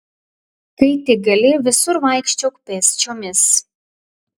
kai tik gali visur vaikščiok pėsčiomis